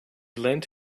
lent